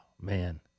man